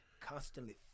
constantly